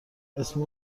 اسم